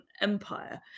Empire